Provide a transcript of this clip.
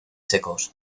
secos